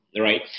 right